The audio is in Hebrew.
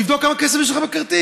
תבדוק כמה כסף יש לך בכרטיס,